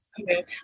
Okay